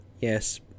Yes